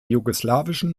jugoslawischen